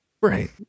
right